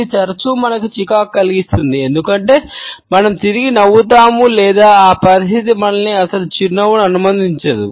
ఇది తరచూ మనకు చికాకు కలిగిస్తుంది ఎందుకంటే మనం తిరిగి నవ్వుతాము లేదా అ పరిస్థితి మనల్ని అసలు చిరునవ్వును అనుమతించదు